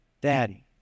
Daddy